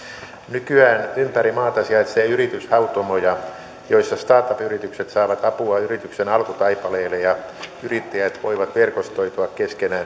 nykyään ympäri maata sijaitsee yrityshautomoja joissa startup yritykset saavat apua yrityksen alkutaipaleelle ja yrittäjät voivat verkostoitua keskenään